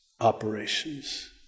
operations